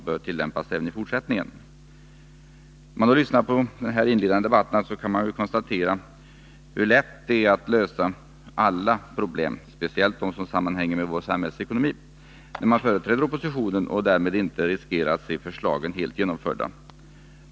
När man lyssnat till de inledande debatterna har man kunnat konstatera hur lätt det är att lösa alla problem, speciellt de som sammanhänger med vår samhällsekonomi, när man företräder oppositionen och därför inte riskerar att se förslagen helt genomförda.